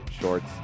shorts